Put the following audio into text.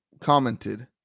commented